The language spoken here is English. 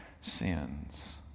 sins